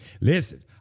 Listen